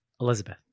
Elizabeth